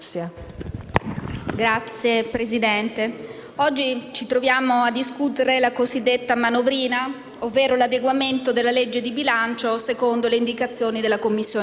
Signora Presidente, oggi ci troviamo a discutere della cosiddetta manovrina, ovvero dell'adeguamento della legge di bilancio alle indicazioni della Commissione europea.